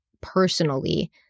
personally